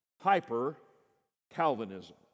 hyper-Calvinism